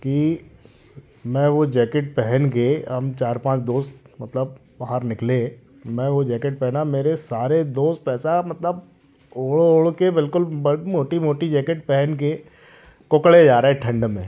कि मैं वो जैकेट पहन के हम चार पाँच दोस्त मतलब बाहर निकले मैं वो जैकेट पहना मेरे सारे दोस्त ऐसा मतलब ओढ़ ओढ़ के बिल्कुल मोटी मोटी जैकेट पहन के कोकड़े जा रहे हैं ठंड में